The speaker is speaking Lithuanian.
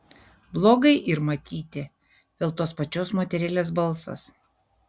blogai yr matyti vėl tos pačios moterėlės balsas